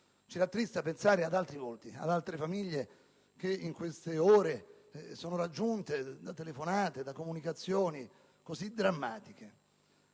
Ci rattrista pensare ad altri volti e ad altre famiglie che in queste ore sono raggiunte da telefonate e comunicazioni così drammatiche.